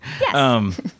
Yes